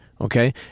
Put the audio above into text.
okay